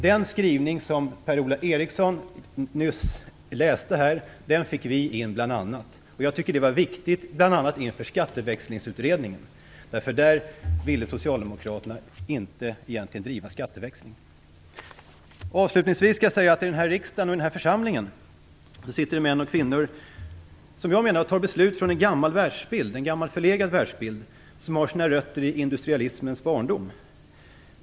Den skrivning som Per-Ola Eriksson nyss läste fick vi in. Jag tycker att det var viktigt inför Skatteväxlingsutredningen. Socialdemokraterna ville egentligen inte driva skatteväxlingen. Avslutningsvis skall jag säga att i den här församlingen, här i riksdagen, sitter män och kvinnor som jag menar fattar beslut utifrån en gammal förlegad världsbild som har sina rötter i industrialismens barndom.